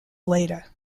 later